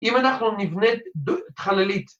‫אם אנחנו נבנה חללית...